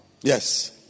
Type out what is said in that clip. Yes